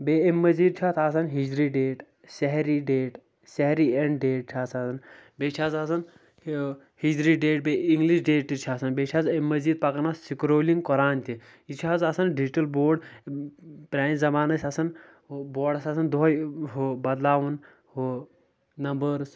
بیٚیہِ امہِ مٔزیٖد چھِ اتھ آسان ہجری ڈیٹ سحری ڈیٹ سحری اٮ۪نڈ ڈیٹ چھےٚ آسان بیٚیہِ چھِ حظ آسان ہجری ڈیٹ بیٚیہِ انگلِش ڈیٹ تہِ چھ آسان بیٚیہِ چھِ حظ امہِ مٔزیٖد پکان اتھ سکرولنٛگ قۄران تہِ یہِ چھُ حظ آسان ڈجٹل بورڈ پرٛانہِ زمانہٕ ٲسۍ آسان بوڈس آسان دۄہٕے ہُہ بدلاوُن ہُہ نمبٲرٕس